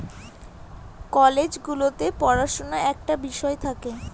college গুলোতে পড়াশুনার একটা বিষয় থাকে